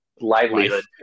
livelihood